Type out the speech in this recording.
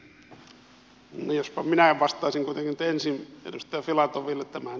no jospa minä vastaisin kuitenkin nyt ensin edustaja filatoville